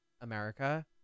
America